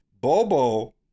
Bobo